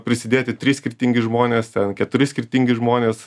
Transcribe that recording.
prisidėti trys skirtingi žmonės ten keturi skirtingi žmonės